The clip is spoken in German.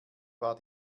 war